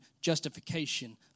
justification